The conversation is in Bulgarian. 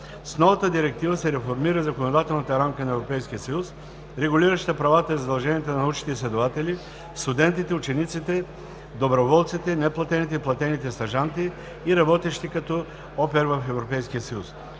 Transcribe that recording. С новата директива се реформира законодателната рамка на Европейския съюз, регулираща правата и задълженията на научните изследователи, студентите, учениците, доброволците, неплатените и платените стажанти и работещите като au pair в ЕС.